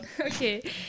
Okay